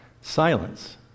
Silence